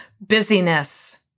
Busyness